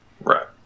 Right